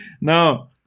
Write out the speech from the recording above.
no